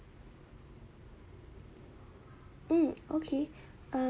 um okay err